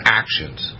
actions